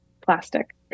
plastic